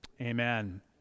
Amen